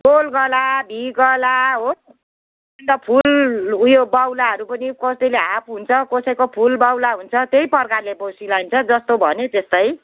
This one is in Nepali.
गोलगला भीगला हो अन्त फुल उयो बाहुलाहरू पनि कसैले हाफ हुन्छ कसैको फुल बाहुला हुन्छ त्यही प्रकारले सिलाइन्छ जस्तो भन्यो त्यस्तै